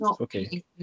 Okay